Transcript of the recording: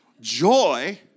Joy